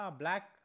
black